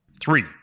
Three